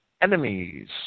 enemies